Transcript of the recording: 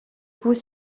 coups